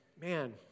Man